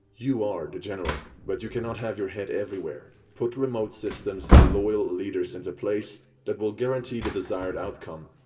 you are the general, but you cannot have your head everywhere. put remote systems and loyal leaders into place that will guarantee the desired outcome.